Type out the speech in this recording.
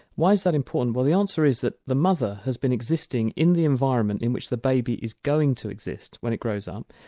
why's that important? well the answer is that the mother has been existing in the environment in which the baby is going to exist when it grows up,